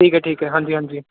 ਠੀਕ ਹੈ ਠੀਕ ਹੈ ਹਾਂਜੀ ਹਾਂਜੀ